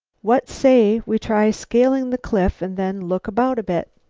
what say we try scaling the cliff and then look about a bit?